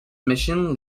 mission